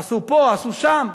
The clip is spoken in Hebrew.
עשו פה, עשו שם.